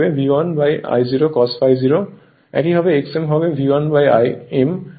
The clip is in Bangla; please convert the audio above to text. একইভাবে X m হবে V1I m